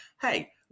hey